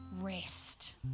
rest